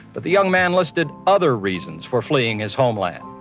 but the young man listed other reasons for fleeing his homeland.